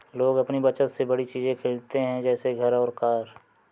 लोग अपनी बचत से बड़ी चीज़े खरीदते है जैसे घर और कार